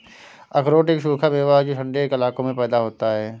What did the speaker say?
अखरोट एक सूखा मेवा है जो ठन्डे इलाकों में पैदा होता है